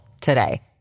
today